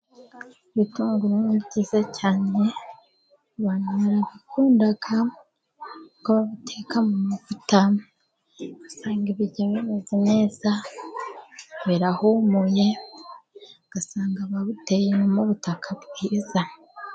Ibitunguru ni byiza cyane abantu barabikunda kuko babiteka mu mavuta, ugasanga ibiryo bimeze neza birahumuye, ugasanga babiteye no mu butaka bwiza.